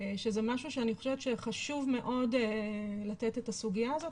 שזה משהו שאני חושבת שחשוב מאוד לתת את הסוגיה הזאת